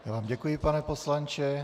Já vám děkuji, pane poslanče.